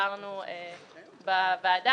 אתה מסתכל על המקורות של הפנייה.